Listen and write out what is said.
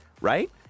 right